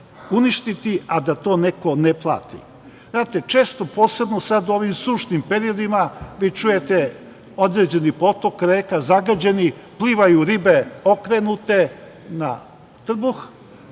uništiti, a da to neko ne plati. Često, posebno sad u ovim sušnim periodima, vi čujete određeni potok, reka zagađeni, plivaju ribe okrenute na trbuh.